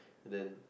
and then